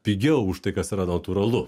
pigiau už tai kas yra natūralu